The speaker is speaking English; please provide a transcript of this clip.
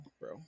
bro